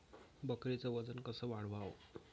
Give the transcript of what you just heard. बकरीचं वजन कस वाढवाव?